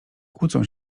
kłócą